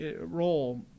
role